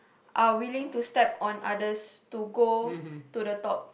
are willing to step on others to go to the top